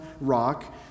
rock